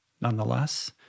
nonetheless